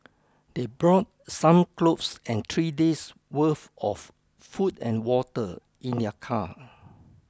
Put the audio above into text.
they brought some clothes and three days'worth of food and water in their car